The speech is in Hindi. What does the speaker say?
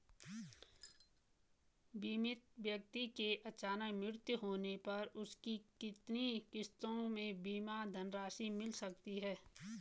बीमित व्यक्ति के अचानक मृत्यु होने पर उसकी कितनी किश्तों में बीमा धनराशि मिल सकती है?